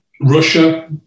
Russia